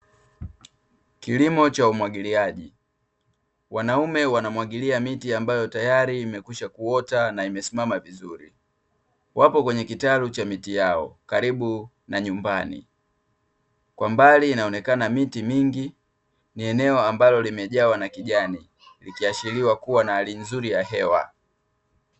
Kilimo cha umwagiliaji, wanaume wanamwagilia miti ambayo tayari imekwisha kuota na imesimama vizuri, wapo kwenye kitalu cha miti yao karibu na nyumbani, kwa mbali inaonekana miti mingi. Ni eneo ambalo limejawa na kijani likiashiria kuwa na hali nzuri ya hewa.